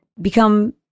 become